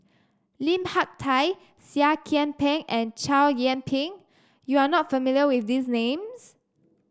Lim Hak Tai Seah Kian Peng and Chow Yian Ping you are not familiar with these names